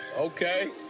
Okay